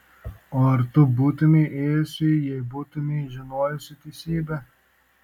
o ar tu būtumei ėjusi jei būtumei žinojusi teisybę